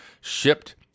shipped